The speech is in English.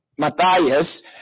Matthias